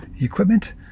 equipment